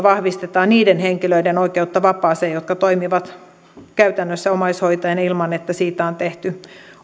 vahvistetaan niiden henkilöiden oikeutta vapaaseen jotka toimivat käytännössä omaishoitajina ilman että siitä on tehty